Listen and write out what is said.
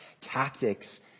tactics